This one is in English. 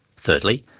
thirdly,